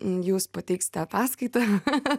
jūs pateiksite ataskaitą